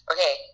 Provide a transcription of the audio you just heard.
Okay